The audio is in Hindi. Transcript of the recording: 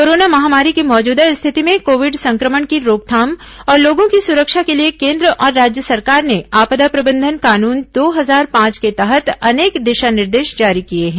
कोरोना महामारी की मौजूदा स्थिति में कोविड संक्रमण की रोकथाम और लोगों की सुरक्षा के लिए केन्द्र और राज्य सरकार ने आपदा प्रबंधन कानून दो हजार पांच के तहत अनेक दिशा निर्देश जारी किए हैं